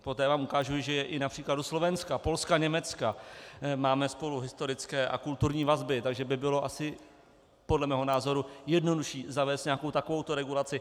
Poté vám ukážu, že i na příkladu Slovenska, Polska, Německa máme spolu historické a kulturní vazby, takže by bylo asi podle mého názoru jednodušší zavést nějakou takovou regulaci.